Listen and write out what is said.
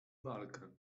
walkę